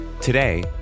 Today